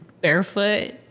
barefoot